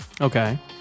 okay